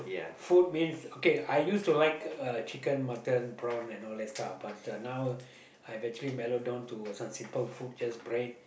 food means okay I used to like uh chicken mutton prawn and all that stuff but uh now I have actually mellowed down to uh some simple food just bread